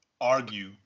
argue